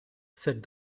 said